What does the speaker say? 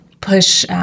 push